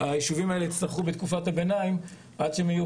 שהיישובים האלה יצטרכו בתקופת הביניים עד שהם יהיו